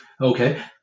Okay